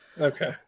Okay